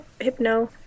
Hypno